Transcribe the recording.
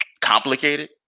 complicated